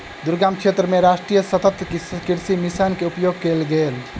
दुर्गम क्षेत्र मे राष्ट्रीय सतत कृषि मिशन के उपयोग कयल गेल